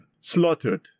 slaughtered